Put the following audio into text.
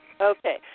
Okay